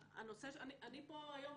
אני פה היום,